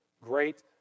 great